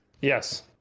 Yes